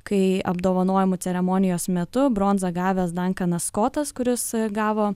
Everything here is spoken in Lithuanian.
kai apdovanojimų ceremonijos metu bronzą gavęs dankanas skotas kuris gavo